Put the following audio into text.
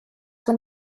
when